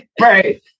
Right